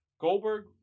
Goldberg